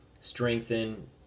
strengthen